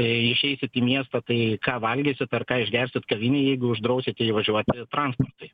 jei išeisit į miestą tai ką valgysit ar ką išgersit kavinėj jeigu uždrausite įvažiuoti transportui